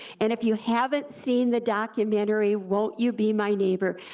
and if you haven't seen the documentary won't you be my neighbor,